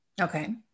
Okay